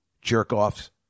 jerk-offs